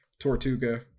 tortuga